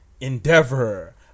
Endeavor